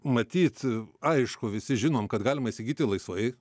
matyt aišku visi žinom kad galima įsigyti laisvai